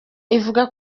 ivuga